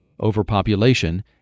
overpopulation